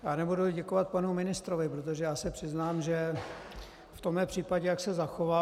Já nebudu děkovat panu ministrovi, protože se přiznám, že v tomhle případě, jak se zachoval...